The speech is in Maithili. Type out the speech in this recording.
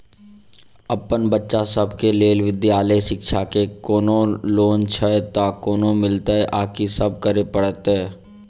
अप्पन बच्चा सब केँ लैल विधालय शिक्षा केँ कोनों लोन छैय तऽ कोना मिलतय आ की सब करै पड़तय